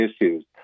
issues